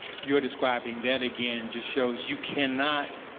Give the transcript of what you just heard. you describing that again just shows you cannot